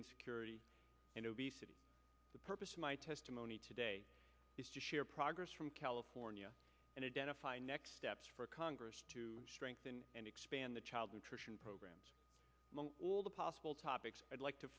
insecurity and obesity the purpose of my testimony today is to share progress from california and identify next steps for congress to strengthen and expand the child nutrition programs among all the possible topics i'd like to